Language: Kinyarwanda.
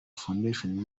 foundation